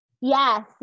Yes